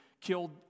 killed